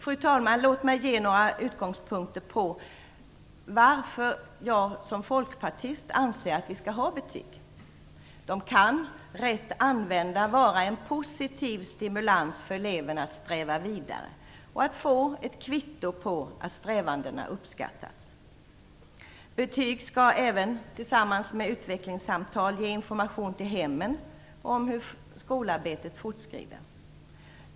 Fru talman! Låt mig ge några utgångspunkter för varför Folkpartiet anser att vi skall ha betyg: Betyg kan, rätt använda, vara en stimulans för eleven att sträva vidare och att få ett kvitto på att strävandena uppskattas. Betyg skall även tillsammans med utvecklingssamtalen ge information till hemmet om hur skolarbetet fortskrider.